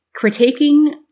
critiquing